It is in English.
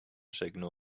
signal